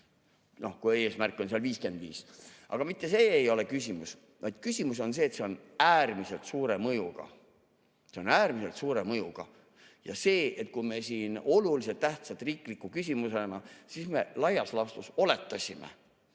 2055, kui eesmärk on seal 55. Aga mitte see ei ole küsimus, vaid küsimus on see, et see on äärmiselt suure mõjuga. See on äärmiselt suure mõjuga! See, kui me siin [arutasime] oluliselt tähtsa riikliku küsimusena, siis me laias laastus oletasime.